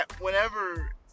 Whenever